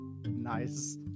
Nice